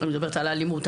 אני מדברת על האלימות,